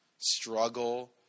struggle